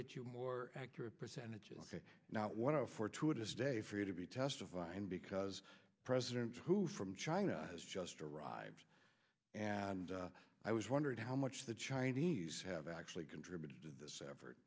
get you more accurate percentages not one fortuitous day for you to be testifying because president hu from china has just arrived and i was wondering how much the chinese have actually contributed to this effort